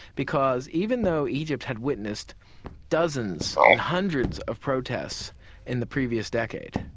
because even though egypt had witnessed dozens and hundreds of protests in the previous decade,